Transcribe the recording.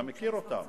אתה מכיר אותן.